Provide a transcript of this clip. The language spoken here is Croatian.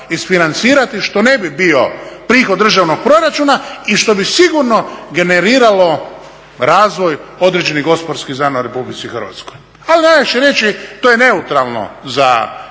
isfinancirati što ne bi bio prihod državnog proračuna i što bi sigurno generiralo razvoj određenih gospodarskih zona u Republici Hrvatskoj. Ali najlakše je reći to je neutralno za